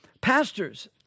Pastors